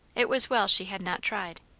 it was well she had not tried.